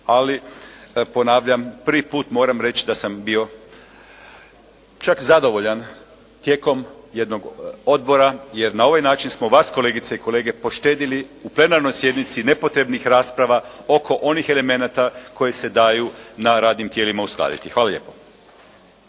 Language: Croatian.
ali ponavljam prvi puta moram reći da sam bio čak zadovoljan tijekom jednog odbora, jer na ovaj način smo vas kolegice i kolege poštedjeli u plenarnoj sjednici nepotrebnih rasprava oko onih elemenata koji se daju na radnim tijelima uskladiti. Hvala lijepo.